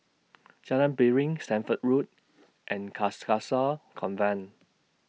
Jalan Piring Stamford Road and Carcasa Convent